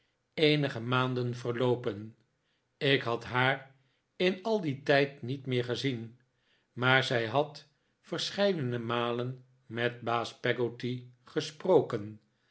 eenige maanden verldopen ik had haar in al dien tijd niet meer gezien maar zij had verscheidene malen met baas peggotty gesproken